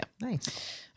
Nice